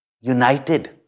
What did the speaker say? united